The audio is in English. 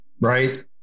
right